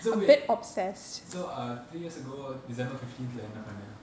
so wait so uh three years ago december fifteen lah என்னபண்ண:enna panna